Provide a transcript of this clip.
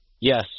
Yes